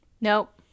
Nope